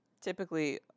typically